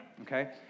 okay